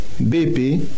BP